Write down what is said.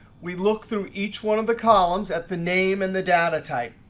we look through each one of the columns at the name and the data type.